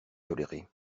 tolérer